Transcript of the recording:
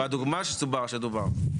בדוגמא שדוברה.